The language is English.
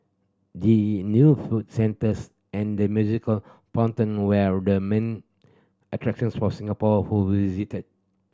the new food centres and the musical fountain where the main attractions for Singapore who visited